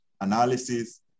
analysis